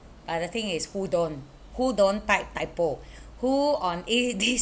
but the thing is who don't who don't type typo who on eh this